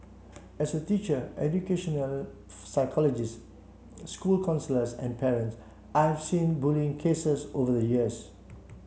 as a teacher educational psychologist school counsellors and parent I've seen bullying cases over the years